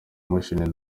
imashini